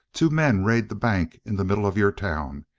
two men raid the bank in the middle of your town,